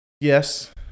Yes